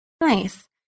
Nice